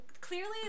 clearly